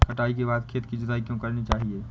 कटाई के बाद खेत की जुताई क्यो करनी चाहिए?